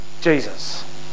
Jesus